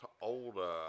older